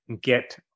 get